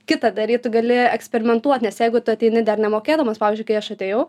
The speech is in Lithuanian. kita daryt tu gali eksperimentuot nes jeigu tu ateini dar nemokėdamas pavyzdžiui kai aš atėjau